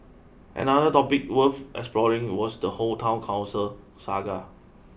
another topic worth exploring was the whole town council saga